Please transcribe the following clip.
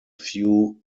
few